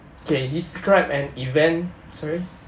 okay describe an event sorry